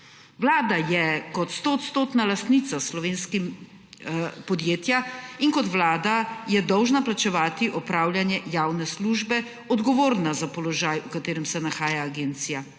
Vlada je, kot stoodstotna lastnica podjetja in kot Vlada, je dolžna plačevati opravljanje javne službe, odgovorna za položaj, v katerem se nahaja agencija.